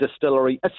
distillery